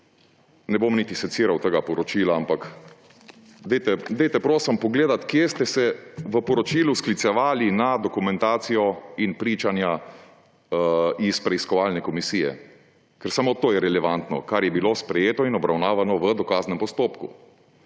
Ne bom niti seciral tega poročila, ampak dajte prosim pogledati, kje ste se v poročilu sklicevali na dokumentacijo in pričanja iz preiskovalne komisije. Ker samo to je relevantno, kar je bilo sprejeto in obravnavano v dokaznem postopku.